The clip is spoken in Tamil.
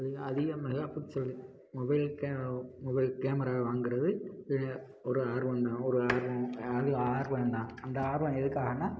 அதிக mega pixel mobile mobile camera வாங்குகிறது ஒரு ஆர்வந்தான் ஒரு ஆர்வம் அதிக ஆர்வந்தான் அந்த ஆர்வம் எதுக்காகன்னா